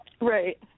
Right